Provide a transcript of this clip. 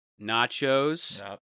Nachos